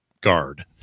guard